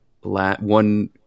one